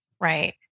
Right